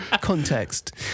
context